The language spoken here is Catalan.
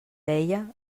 deia